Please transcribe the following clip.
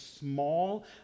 small